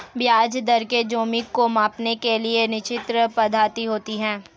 ब्याज दर के जोखिम को मांपने के लिए निश्चित पद्धति होती है